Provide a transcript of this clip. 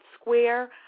square